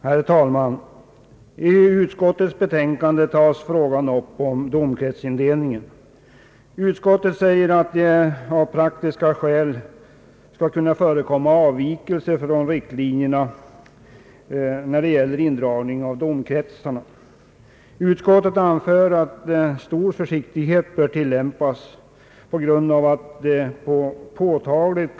Herr talman! I utskottets utlåtande behandlas frågan om domkretsindelningen. Utskottet säger att det av praktiska skäl skall kunna förekomma avvikelser från riktlinjerna när det gäller indragning av domkretsar. Utskottet anför att stor försiktighet med hänsyn till lokala förhållanden härvidlag bör tillämpas.